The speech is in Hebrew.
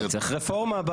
צריך רפורמה.